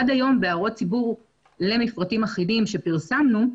עד היום בהערות ציבור למפרטים אחידים שפרסמנו,